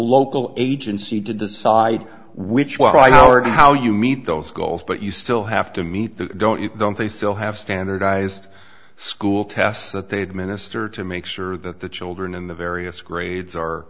local agency to decide which well i already how you meet those goals but you still have to meet the don't you don't they still have standardized school tests that they administer to make sure that the children in the various grades are